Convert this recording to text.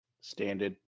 Standard